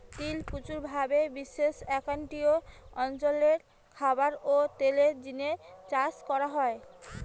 তিল প্রচুর ভাবি বিশ্বের ক্রান্তীয় অঞ্চল রে খাবার ও তেলের জিনে চাষ করা হয়